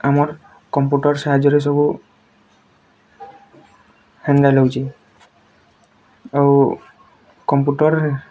ଆମର୍ କମ୍ପ୍ୟୁଟର୍ ସାହାଯ୍ୟ ରେ ସବୁ ହେଣ୍ଡେଲ୍ ହେଉଛେ ଆଉ କମ୍ପ୍ୟୁଟର୍ ରେ